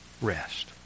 rest